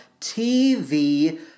TV